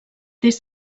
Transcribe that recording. des